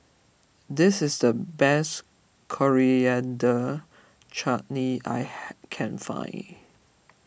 this is the best Coriander Chutney I can find